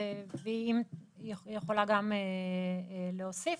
יכולה גם להוסיף.